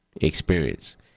experience